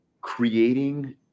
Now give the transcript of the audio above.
Creating